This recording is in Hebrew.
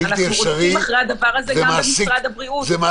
אנחנו רוצים אחרי הדבר הזה גם במשרד הבריאות -- זה בלתי אפשרי,